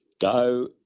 Go